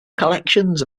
collections